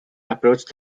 approached